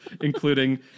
including